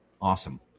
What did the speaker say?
Awesome